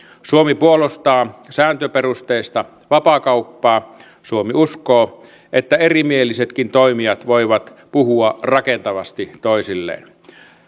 suomi puolustaa sääntöperusteista vapaakauppaa suomi uskoo että erimielisetkin toimijat voivat puhua rakentavasti toisilleen